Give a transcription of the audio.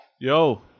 yo